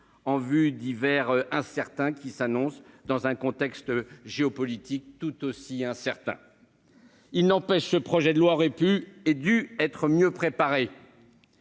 en vue des hivers incertains qui s'annoncent dans un contexte géopolitique qui l'est tout autant. Il n'empêche : ce projet de loi aurait pu et dû être mieux préparé.